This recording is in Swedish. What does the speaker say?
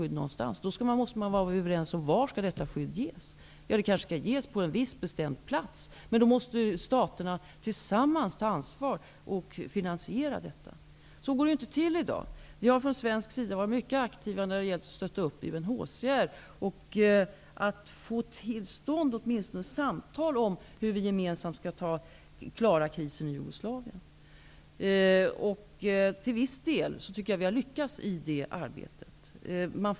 Då måste man vara överens om var detta skydd skall ges, och staterna måste tillsammans ta ansvar för finansieringen. Så går det emellertid inte till i dag. Vi från Sverige har varit mycket aktiva när det gällt att stödja UNHCR och att få till stånd åtminstone samtal om hur vi gemensamt skall klara krisen i Jugoslavien. Till viss del har vi lyckats i detta arbete.